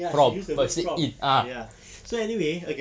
ya should use the word from ya so anyway okay